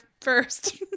first